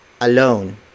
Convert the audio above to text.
alone